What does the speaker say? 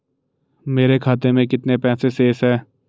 मेरे खाते में कितने पैसे शेष हैं?